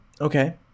Okay